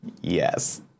Yes